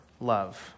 love